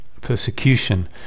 persecution